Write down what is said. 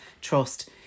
trust